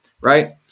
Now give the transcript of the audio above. right